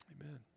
Amen